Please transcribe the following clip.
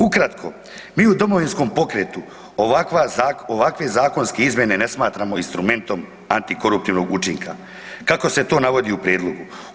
Ukratko, mi u Domovinskom pokretu ovakve zakonske izmjene ne smatramo instrumentom antikoruptivnog učinka kako se to navodi u prijedlogu.